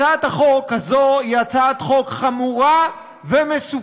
הצעת החוק הזאת היא הצעת חוק חמורה ומסוכנת.